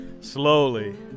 Slowly